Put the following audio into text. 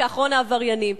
כאחרון העבריינים.